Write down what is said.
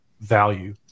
value